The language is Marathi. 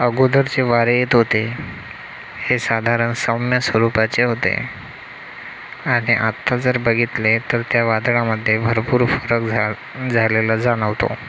अगोदरचे वारे येत होते हे साधारण सौम्य स्वरूपाचे होते आणि आत्ता जर बघितले तर त्या वादळामध्ये भरपूर फरक झा झालेला जाणवतो